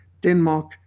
Denmark